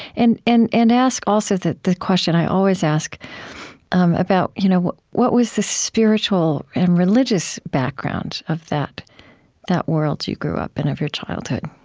and and and ask, also, the the question i always ask um you know what was the spiritual and religious background of that that world you grew up in of your childhood?